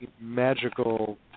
magical